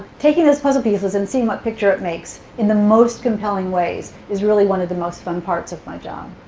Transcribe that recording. taking those puzzles pieces and seeing what picture it makes in the most compelling ways is really one of the most fun parts of my job.